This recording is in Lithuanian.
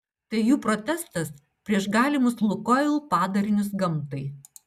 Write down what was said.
tai jų protestas prieš galimus lukoil padarinius gamtai